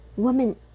Woman